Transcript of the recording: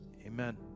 Amen